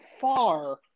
far